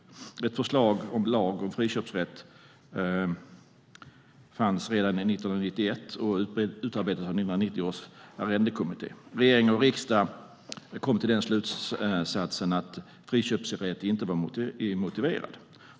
Ett förslag om lag om friköpsrätt fanns redan 1991 och utarbetades av 1990 års arrendekommitté. Regering och riksdag kom till slutsatsen att friköpsrätt inte var motiverad.